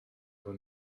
fod